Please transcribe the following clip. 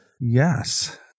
Yes